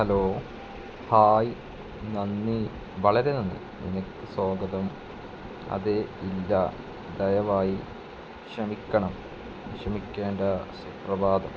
hello hi നന്ദി വളരെ നന്ദി നിനക്ക് സ്വാഗതം അത് ഇല്ല ദയവായി ക്ഷമിക്കണം ക്ഷമിക്കേണ്ട സുപ്രഭാതം